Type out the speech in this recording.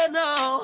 now